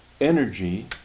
energy